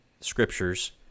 scriptures